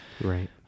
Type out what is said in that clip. Right